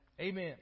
Amen